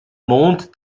mond